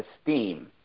esteem